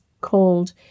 called